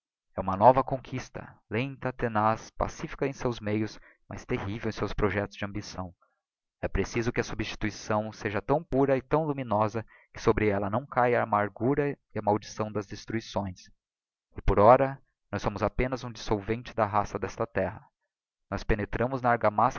e uma nova conquista lenta tenaz pacifica em seus meios mas terrivel em seus projectos de ambição e preciso que a substituição seja tão pura e tão luminosa que sobre ella não caia a amargura e a maldição das destruições e por ora nós somos apenas um dissolvente da raça d'esta terra nós penetramos na argamassa